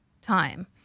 time